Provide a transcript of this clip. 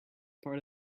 part